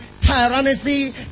tyranny